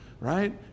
right